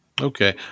Okay